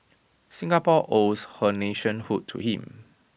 Singapore owes her nationhood to him